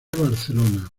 barcelona